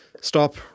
stop